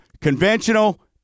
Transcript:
conventional